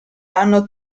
hanno